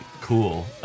cool